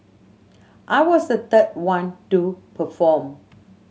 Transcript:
I was the third one to perform